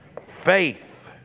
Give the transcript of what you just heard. faith